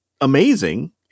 amazing